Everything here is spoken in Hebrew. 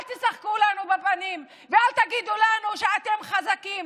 אל תצחקו לנו בפנים ואל תגידו לנו: אתם חזקים,